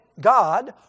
God